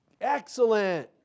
Excellent